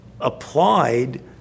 applied